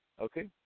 okay